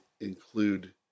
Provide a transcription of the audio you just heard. include